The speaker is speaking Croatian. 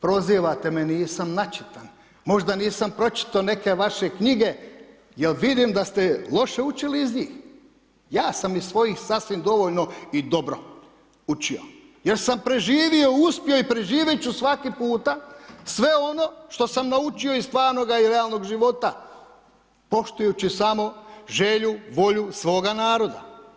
Prozivate me, nisam načitan, možda nisam pročitao neke vaše knjige jer vidim da ste loše učili iz njih, ja sam iz svojih sasvim dovoljno i dobro učio jer sam preživio, uspio i preživjet ću svaki puta sve ono što sam naučio iz stvarnoga i realnoga života poštujući samo želju, volju svoga naroda.